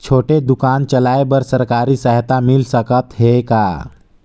छोटे दुकान चलाय बर सरकारी सहायता मिल सकत हे का?